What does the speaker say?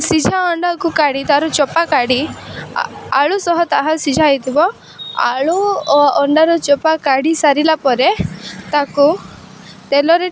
ସିଝା ଅଣ୍ଡାକୁ କାଢ଼ି ତା'ର ଚୋପା କାଢ଼ି ଆଳୁ ସହ ତାହା ସିଝା ହେଇଥିବ ଆଳୁ ଓ ଅଣ୍ଡାର ଚୋପା କାଢ଼ି ସାରିଲା ପରେ ତାକୁ ତେଲରେ